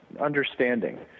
understanding